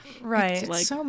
Right